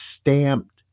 stamped